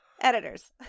Editors